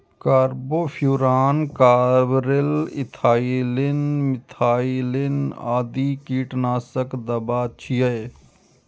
carbofuran, carbaryl, ethylene, methylene आदि कीटनाशक दवा छियै